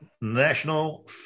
National